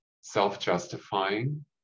self-justifying